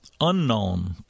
unknown